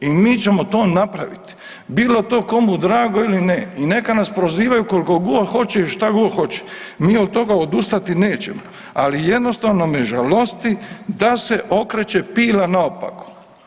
I mi ćemo to napraviti bilo to komu drago ili ne i neka nas prozivaju koliko god hoće i šta god hoće, mi od toga odustati nećemo ali jednostavno me žalosti da se okreće pila naopako.